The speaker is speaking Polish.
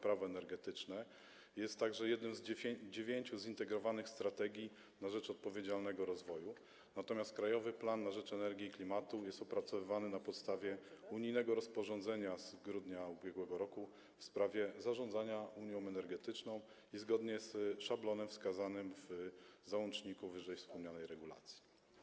Prawo energetyczne i jest także jedną z dziewięciu zintegrowanych „Strategii na rzecz odpowiedzialnego rozwoju”, natomiast „Krajowy plan na rzecz energii i klimatu” jest opracowywany na podstawie unijnego rozporządzenia z grudnia ub.r. w sprawie zarządzania unią energetyczną i zgodnie z szablonem wskazanym w załączniku ww. regulacji.